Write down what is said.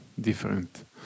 different